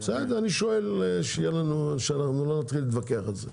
בסדר אני שואל כדי שאנחנו לא נתחיל להתווכח על זה.